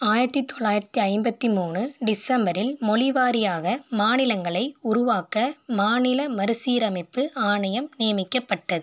ஆயிரத்து தொள்ளாயிரத்து ஐம்பத்து மூணு டிசம்பரில் மொழிவாரியாக மாநிலங்களை உருவாக்க மாநில மறுசீரமைப்பு ஆணையம் நியமிக்கப்பட்டது